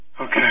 Okay